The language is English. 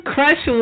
Crush